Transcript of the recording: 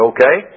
Okay